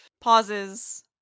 pauses